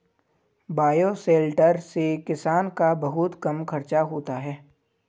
bioshelter से किसान का बहुत कम खर्चा होता है